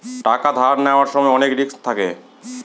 টাকা ধার নেওয়ার সময় অনেক রিস্ক থাকে